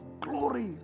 glory